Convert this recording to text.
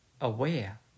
aware